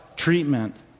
treatment